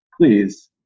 please